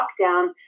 lockdown